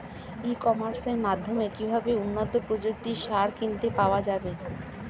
ই কমার্সের মাধ্যমে কিভাবে উন্নত প্রযুক্তির সার কিনতে পাওয়া যাবে?